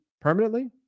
permanently